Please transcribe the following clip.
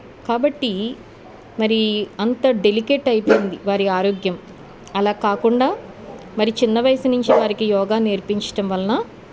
కాబట్టి మరి అంత డెలికేట్ అయిపోయింది వారి ఆరోగ్యం అలా కాకుండా మరి చిన్న వయసు నుంచి వారికి యోగా నేర్పించడం వలన